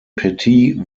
petit